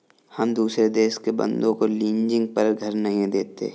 हम दुसरे देश के बन्दों को लीजिंग पर घर नहीं देते